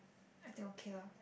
I think okay lah